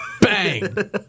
Bang